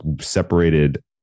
separated